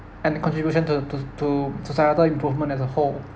and the contribution to to to societal improvement as a whole